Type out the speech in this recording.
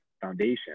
foundation